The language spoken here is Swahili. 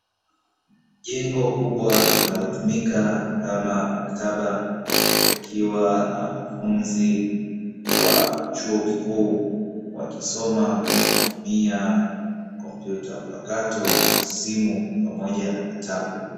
Jengo kubwa linalotumika kama maktaba likiwa na wanafunzi wa chuo kikuu wakisoma kwa kutumia kompyuta mpakato, simu pamoja na vitabu.